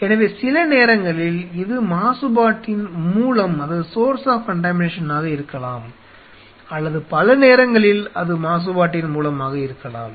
எனவே சில நேரங்களில் இது மாசுபாட்டின் மூலமாக இருக்கலாம் அல்லது பல நேரங்களில் அது மாசுபாட்டின் மூலமாக இருக்கலாம்